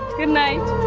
goodnight!